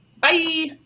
Bye